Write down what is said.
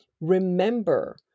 Remember